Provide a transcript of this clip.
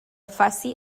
faci